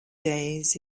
days